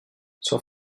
son